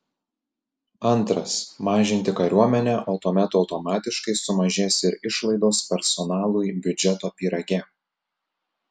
antras mažinti kariuomenę o tuomet automatiškai sumažės ir išlaidos personalui biudžeto pyrage